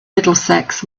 middlesex